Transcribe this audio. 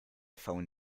phone